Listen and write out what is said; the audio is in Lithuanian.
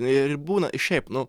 ir būna šiaip nu